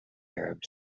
arab